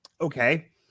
okay